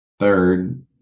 Third